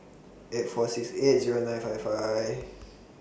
eight four six eight Zero nine five five